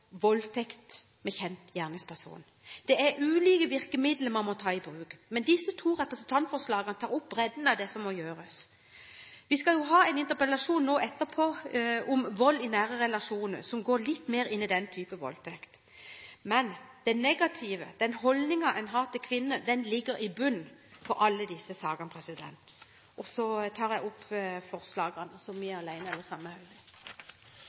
voldtekt med kjent gjerningsperson. Det er ulike virkemidler man må ta i bruk, men disse to representantforslagene tar opp bredden av det som må gjøres. Vi skal jo ha en interpellasjon etterpå om vold i nære relasjoner, som går litt mer inn i den type voldtekt. Men den negative holdningen en har til kvinner, ligger i bunnen i alle disse sakene. Jeg tar opp forslagene som vi har alene, og de vi står sammen med